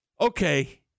Okay